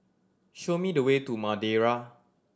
show me the way to Madeira